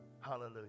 Hallelujah